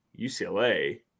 UCLA